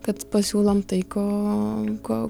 kad pasiūlom tai ko ko